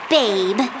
babe